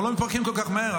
אנחנו לא מתפרקים כל כך מהר.